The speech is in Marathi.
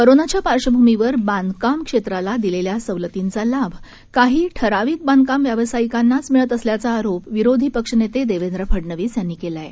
कोरोनाच्यापार्श्वभूमीवरबांधकामक्षेत्रालादिलेल्यासवलतींचालाभकाहीठराविकबांधकामव्यावसायिकांनाचंमिळतअसल्याचाआरोपविरोधीपक्ष नेतेदेवंद्रफडनवीसयांनीकेलाआहे